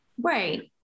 Right